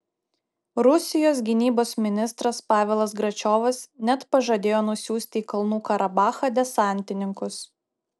rusijos gynybos ministras pavelas gračiovas net pažadėjo nusiųsti į kalnų karabachą desantininkus